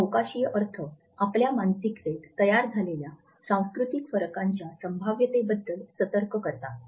हे अवकाशीय अर्थ आपल्या मानसिकतेत तयार झालेल्या सांस्कृतिक फरकांच्या संभाव्यतेबद्दल सतर्क करतात